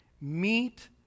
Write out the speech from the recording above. meet